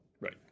Right